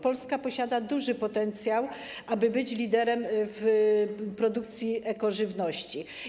Polska posiada duży potencjał, aby być liderem w produkcji ekożywności.